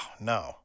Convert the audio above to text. no